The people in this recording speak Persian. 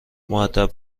مودب